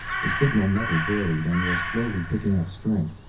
the signal never varied and was slowly picking up strength.